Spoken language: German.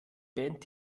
band